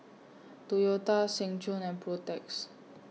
Toyota Seng Choon and Protex